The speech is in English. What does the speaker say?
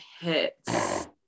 hits